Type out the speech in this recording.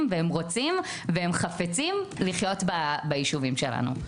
והם רוצים והם חפצים לחיות ביישובים שלנו.